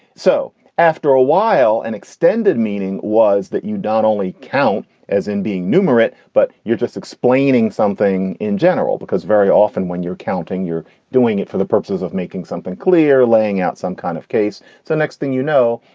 so after a while, an extended meaning was that you don't only count as in being numerate, but you're just explaining something in general, because very often when you're counting, you're doing it for the purposes of making something clear, laying out some kind of case. so next thing you know,